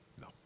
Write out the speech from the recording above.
No